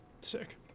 sick